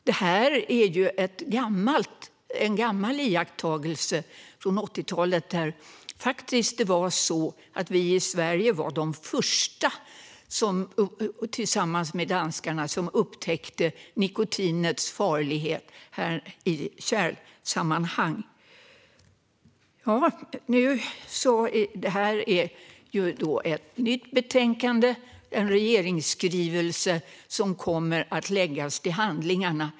Detta är ju en gammal iakttagelse från 1980-talet. Vi i Sverige var tillsammans med danskarna de första som upptäckte nikotinets farlighet i kärlsammanhang. Det här är ju ett nytt betänkande med en regeringsskrivelse som kommer att läggas till handlingarna.